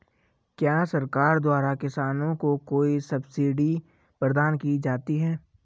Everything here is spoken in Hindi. क्या सरकार द्वारा किसानों को कोई सब्सिडी प्रदान की जाती है?